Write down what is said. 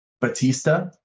Batista